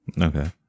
Okay